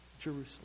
Jerusalem